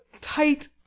tight